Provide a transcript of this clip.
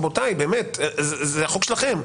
באמת, זה החוק שלכם.